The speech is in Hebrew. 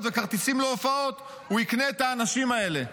וכרטיסים להופעות הוא יקנה את האנשים האלה.